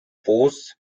boasts